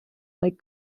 like